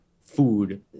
food